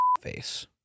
Face